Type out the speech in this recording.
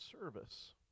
service